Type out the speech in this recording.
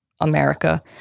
America